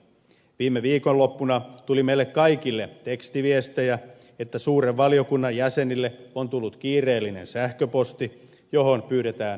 viime viikonloppuna tuli meille kaikille tekstiviestejä että suuren valiokunnan jäsenille on tullut kiireellinen sähköposti johon pyydetään tutustumaan